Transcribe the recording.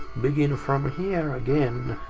begin from here again.